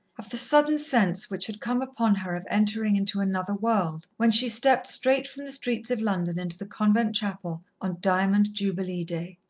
of the sudden sense which had come upon her of entering into another world, when she stepped straight from the streets of london into the convent chapel, on diamond jubilee day.